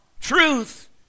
Truth